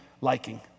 liking